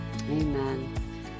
amen